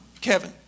Kevin